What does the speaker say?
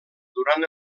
durant